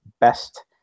best